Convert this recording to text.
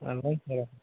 அதான் சார்